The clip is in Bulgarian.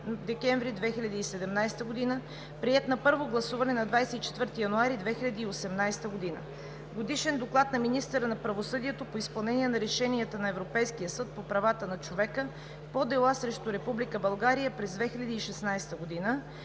декември 2017 г. Приет на първо гласуване на 24 януари 2018 г. 5. Годишен доклад на министъра на правосъдието по изпълнението на решенията на Европейския съд по правата на човека по дела срещу Република България през 2016 г.